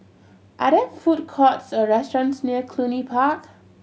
are there food courts or restaurants near Cluny Park